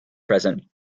present